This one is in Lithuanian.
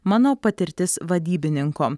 mano patirtis vadybininko